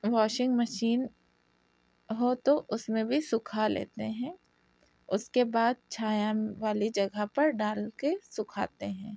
washing machine ہو تو اس میں بھی سکھا لیتے ہیں اس کے بعد چھایہ والی جگہ پر ڈال کے سکھاتے ہیں